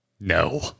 No